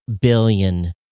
billion